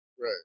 Right